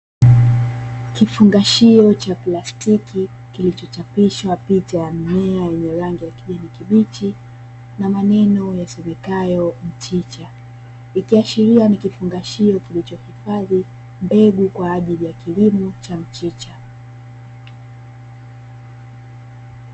Kifungashio cha plastiki kilichochapishwa picha ya mimea yenye rangi ya kijani kibichi na maneno yasomekayo "Mchicha", ikiashiria ni kifungashio kilichohifadhi mbegu kwa ajili ya kilimo cha mchicha.